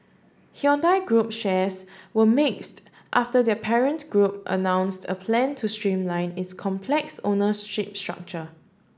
Hyundai group shares were mixed after their parent group announced a plan to streamline its complex ownership structure